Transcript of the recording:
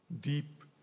deep